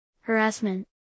Harassment